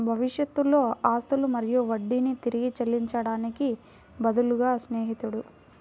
భవిష్యత్తులో అసలు మరియు వడ్డీని తిరిగి చెల్లించడానికి బదులుగా స్నేహితుడు